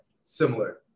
similar